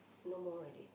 no more already